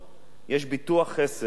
יש ביטוח חֶסֶר.